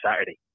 Saturday